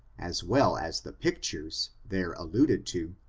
as well as the pictures, there alluded to,